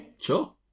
Sure